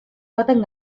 baten